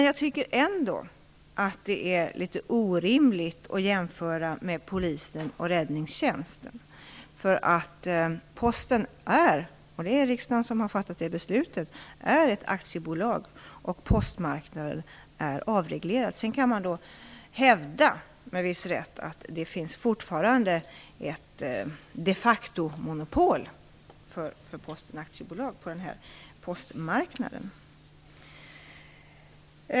Jag tycker ändå att det är litet orimligt att jämföra med Polisen och Räddningstjänsten. Posten är ett aktiebolag - och det är riksdagen som har fattat det beslutet - och postmarknaden är avreglerad. Sedan kan man med viss rätt hävda att det fortfarande finns ett de facto-monopol för Posten AB på denna postmarknad.